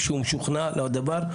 כשהוא משוכנע לדבר,